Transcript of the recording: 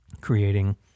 creating